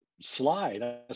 slide